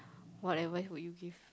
whatever would you give